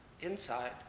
Inside